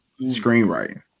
screenwriting